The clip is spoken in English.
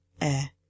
air